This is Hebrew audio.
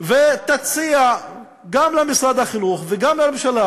ותציע גם למשרד החינוך וגם לממשלה